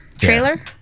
Trailer